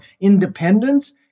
independence